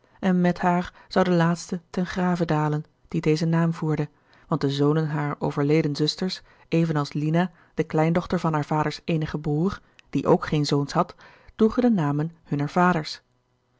en met haar zou de laatste ten grave dalen die dezen naam voerde want de zonen harer overleden zusters evenals lina de kleindochter van haar vaders eenigen broer die ook geen zoons had droegen de namen hunner vaders